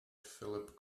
philip